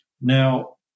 Now